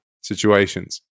situations